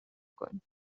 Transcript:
کنید